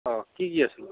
অঁ কি কি আছিলে